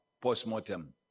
post-mortem